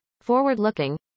forward-looking